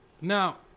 now